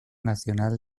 nacional